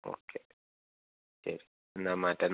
okay ശരി എന്നാൽ മാറ്റാൻ